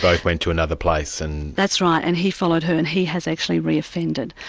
like went to another place? and that's right, and he followed her, and he has actually reoffended.